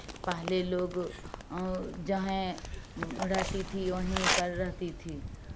पहले लोग जहें रहती थी वहीं पर रहती थी